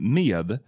med